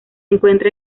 encuentra